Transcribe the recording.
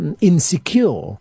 insecure